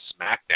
SmackDown